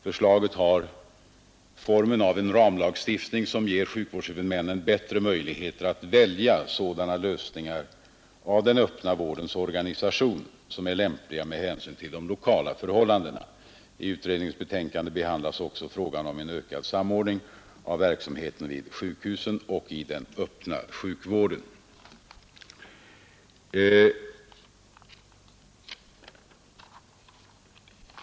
Förslaget har formen av en ramlagstiftning som ger sjukvårdshuvudmännen bättre möjligheter att välja sådana lösningar för den öppna värdens organisation som är lämpliga med hänsyn till de lokala förhållandena. I utredningsbetänkandet behandlas också frågan om en ökad samordning av verksamheten vid sjukhusen och i den öppna sjukvården.